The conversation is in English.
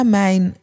mijn